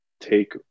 take